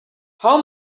how